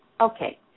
Okay